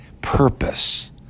purpose